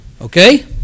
Okay